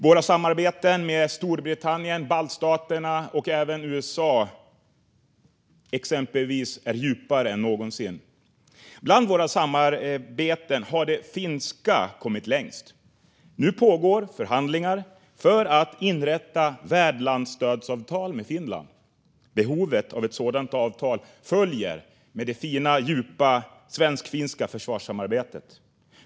Våra samarbeten med exempelvis Storbritannien, baltstaterna och även USA är djupare än någonsin. Bland våra samarbeten har det finska kommit längst. Nu pågår förhandlingar för att inrätta värdlandsstödsavtal med Finland. Behovet av ett sådant avtal följer med det fina, djupa svensk-finska försvarssamarbetet.